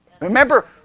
remember